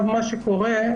מה שקורה,